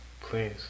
please